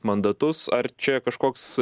mandatus ar čia kažkoks